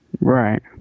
Right